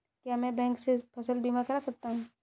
क्या मैं बैंक से फसल बीमा करा सकता हूँ?